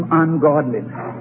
ungodliness